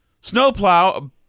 Snowplow